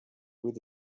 with